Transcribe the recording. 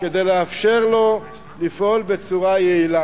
כדי לאפשר לו לפעול בצורה יעילה.